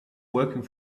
working